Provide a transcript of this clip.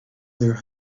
their